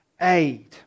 aid